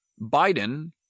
Biden